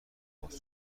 پاسخ